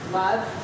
love